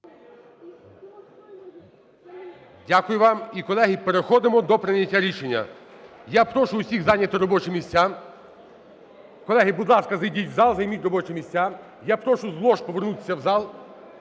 Дякую вам. І, колеги, переходимо до прийняття рішення. Я прошу усіх зайняти робочі місця. Колеги, будь ласка, зайдіть в зал і займіть робочі місця. Я прошу з лож повернутися в зал.